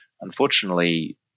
Unfortunately